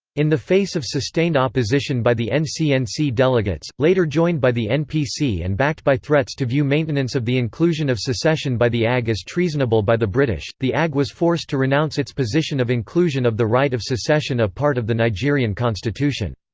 in the face of sustained opposition by the ncnc and delegates, later joined by the npc and backed by threats to view maintenance of the inclusion of secession by the ag as treasonable by the british, the ag was forced to renounce its position of inclusion of the right of secession a part of the nigerian constitution.